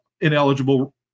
ineligible